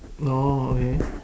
orh okay